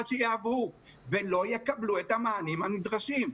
שיעברו והם לא יקבלו את המענים הנדרשים.